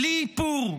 בלי איפור,